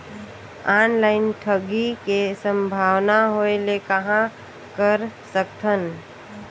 Online ठगी के संभावना होय ले कहां कर सकथन?